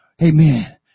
Amen